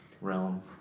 realm